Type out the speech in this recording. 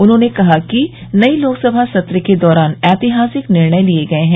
उन्होंने कहा कि नई लोकसभा सत्र के दौरान ऐतिहासिक निर्णय लिए गए हैं